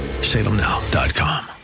Salemnow.com